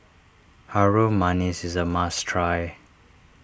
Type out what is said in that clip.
Harum Manis is a must try